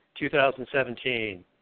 2017